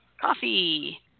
Coffee